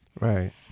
Right